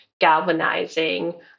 galvanizing